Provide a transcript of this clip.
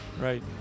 Right